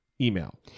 email